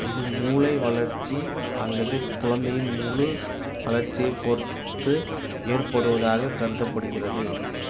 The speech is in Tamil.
இது மூளை வளர்ச்சி அல்லது குழந்தையின் முழு வளர்ச்சியைப் பொருத்து ஏற்படுவதாக கருதப்படுகிறது